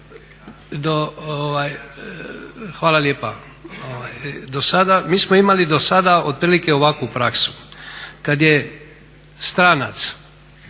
je do sada, mi smo imali do sada otprilike ovakvu praksu. Kad je stranac